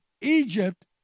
Egypt